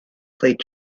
played